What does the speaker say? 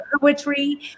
poetry